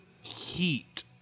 heat